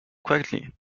quietly